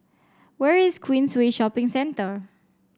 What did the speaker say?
where is Queensway Shopping Centre